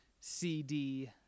CD